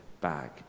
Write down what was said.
bag